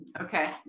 Okay